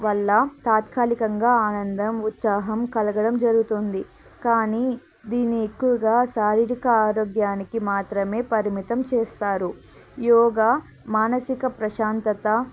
వల్ల తాత్కాలికంగా ఆనందం ఉత్సాహం కలగడం జరుగుతుంది కానీ దీన్ని ఎక్కువగా శారీరిక ఆరోగ్యానికి మాత్రమే పరిమితం చేస్తారు యోగ మానసిక ప్రశాంతత